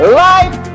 life